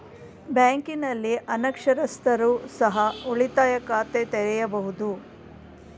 ಬ್ಯಾಂಕಿನಲ್ಲಿ ಅನಕ್ಷರಸ್ಥರು ಸಹ ಉಳಿತಾಯ ಖಾತೆ ತೆರೆಯಬಹುದು?